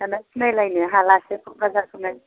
दाना सिनायलायनो हालासो क'कराझारखौनो